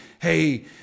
hey